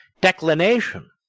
declination